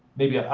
maybe,